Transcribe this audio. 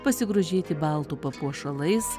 pasigrožėti baltų papuošalais